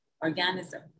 organism